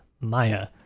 Maya